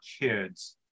kids